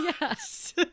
Yes